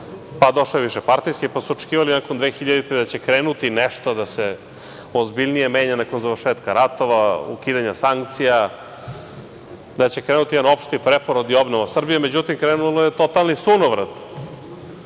pa, došao je višepartijski, pa su očekivali nakon 2000. da će krenuti nešto da se ozbiljnije menja nakon završetka ratova, ukidanja sankcija, da će krenuti jedan opšti preporod i obnova Srbije. Međutim, krenuo je totalni sunovrat,